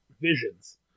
visions